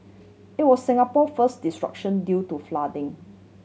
it was Singapore first disruption due to flooding